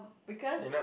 because